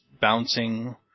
bouncing